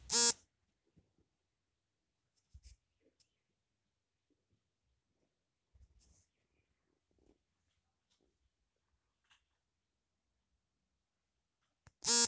ಆರ್ಕವು ನಸುಗೆಂಪು ಅಥವಾ ಕಂದುಬಣ್ಣದ್ದಾಗಯ್ತೆ ಈ ಧಾನ್ಯದ ಸಿಪ್ಪೆಯನ್ನು ತೆಗೆಯುವುದು ಅಷ್ಟು ಸುಲಭವಲ್ಲ